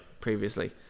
previously